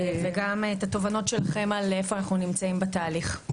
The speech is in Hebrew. וגם את התובנות שלכם על איפה אנחנו נמצאים בתהליך.